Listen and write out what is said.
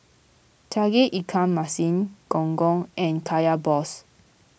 Tauge Ikan Masin Gong Gong and Kaya Balls